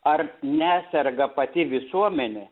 ar neserga pati visuomenė